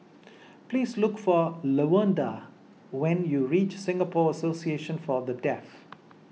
please look for Lavonda when you reach Singapore Association for the Deaf